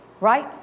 right